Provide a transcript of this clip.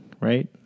right